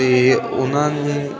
ਅਤੇ ਉਹਨਾਂ ਨੂੰ